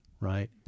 right